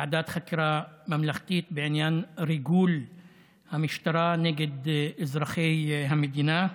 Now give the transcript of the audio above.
ועדת חקירה ממלכתית בעניין ריגול המשטרה נגד אזרחי המדינה,